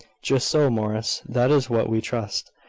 just so, morris that is what we trust.